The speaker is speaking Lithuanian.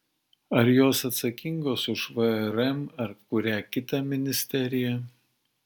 ar jos atsakingos už vrm ar kurią kitą ministeriją